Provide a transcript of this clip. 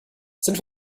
sind